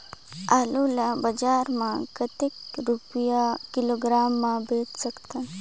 आलू ला बजार मां कतेक रुपिया किलोग्राम म बेच सकथन?